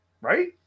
right